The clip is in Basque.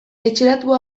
etxeratu